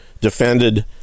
defended